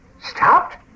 Stopped